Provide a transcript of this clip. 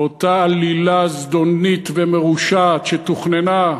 ואותה עלילה זדונית ומרושעת שתוכננה,